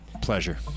Pleasure